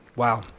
Wow